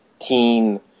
teen